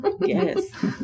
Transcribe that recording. Yes